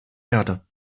erde